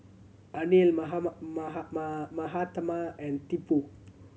Anil Mahatma and Tipu